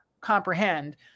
comprehend